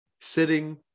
sitting